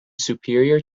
superior